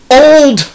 old